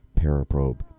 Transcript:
paraprobe